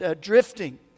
drifting